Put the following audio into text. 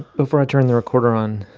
before i turn the recorder on,